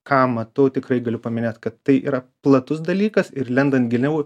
ką matau tikrai galiu paminėt kad tai yra platus dalykas ir lendant giliau